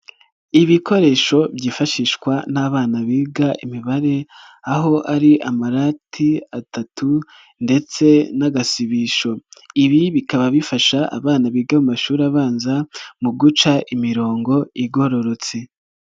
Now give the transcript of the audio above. Ibikoresho byifashishwa n'abana biga imibare, aho ari amarati atatu ndetse n'agasibisho, ibi bikaba bifasha abana biga amashuri abanza mu guca imirongo igororotse.